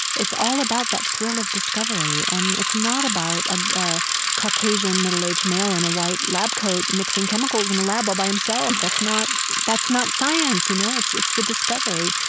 it's all about that thrill of discovery, and it's not about a caucasian middle-aged male in a white lab coat mixing chemicals in a lab all by himself. that's not that's not science, you know. it's it's the discovery.